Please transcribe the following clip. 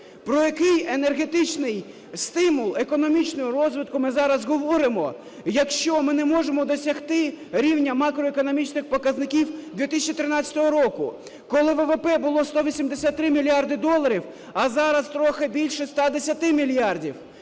Про який енергетичний стимул економічного розвитку ми зараз говоримо, якщо ми не можемо досягти рівня макроекономічних показників 2013 року, коли ВВП було 183 мільярди доларів, а зараз трохи більше 110 мільярдів,